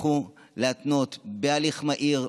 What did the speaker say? יצטרכו להתנות בהליך מהיר,